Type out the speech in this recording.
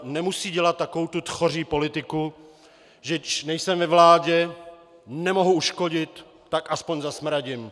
Nemusí dělat takovou tu tchoří politiku, že když nejsem ve vládě, nemohu uškodit, tak aspoň zasmradím.